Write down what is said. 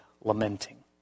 lamenting